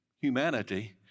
humanity